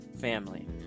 family